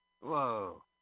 Whoa